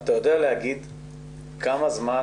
אתה יודע לומר כמה זמן,